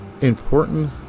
important